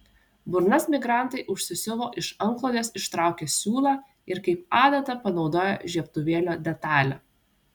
burnas migrantai užsisiuvo iš antklodės ištraukę siūlą ir kaip adatą panaudoję žiebtuvėlio detalę